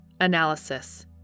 Analysis